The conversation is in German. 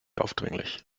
aufdringlich